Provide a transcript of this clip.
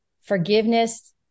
forgiveness